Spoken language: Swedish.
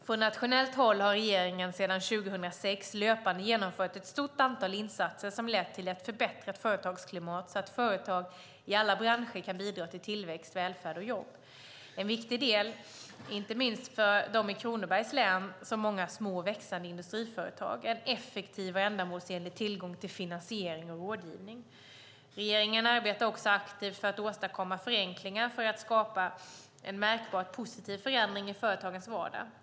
Från nationellt håll har regeringen sedan 2006 löpande genomfört ett stort antal insatser som lett till ett förbättrat företagsklimat så att företag i alla branscher kan bidra till tillväxt, välfärd och jobb. En viktig del - inte minst för de i Kronobergs län så många små och växande industriföretagen - är en effektiv och ändamålsenlig tillgång till finansiering och rådgivning. Regeringen arbetar också aktivt för att åstadkomma förenklingar för att skapa en märkbart positiv förändring i företagens vardag.